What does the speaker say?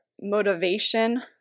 motivation